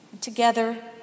Together